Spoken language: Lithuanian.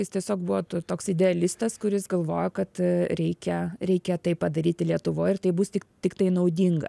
jis tiesiog buvo toks idealistas kuris galvojo kad reikia reikia tai padaryti lietuvoj ir tai bus tik tiktai naudinga